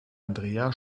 andrea